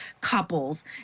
couples